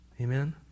Amen